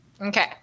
okay